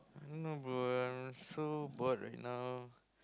no bro I'm so bored right now